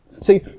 See